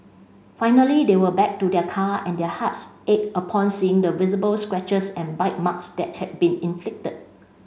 finally they were back to their car and their hearts ached upon seeing the visible scratches and bite marks that had been inflicted